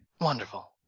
Wonderful